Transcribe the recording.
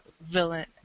villain